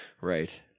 Right